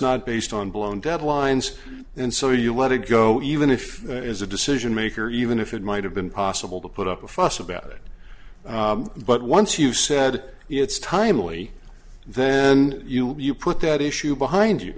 not based on blown deadlines and so you let it go even if it is a decision maker even if it might have been possible to put up a fuss about it but once you said it's timely then you put that issue behind you